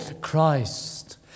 Christ